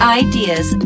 ideas